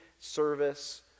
service